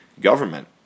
government